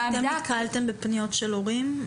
אתם נתקלתם בפניות של הורים?